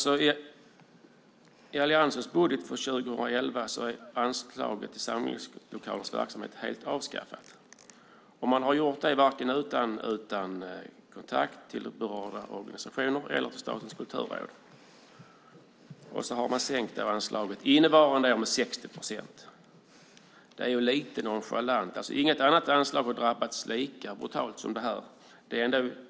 I Alliansens budget för 2011 är anslaget till samlingslokalsverksamhet helt avskaffat. Man har gjort det utan kontakt med berörda organisationer eller Statens kulturråd. Man har sänkt anslaget innevarande år med 60 procent. Det är lite nonchalant. Inget annat anslag har drabbats lika brutalt som det här.